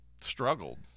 struggled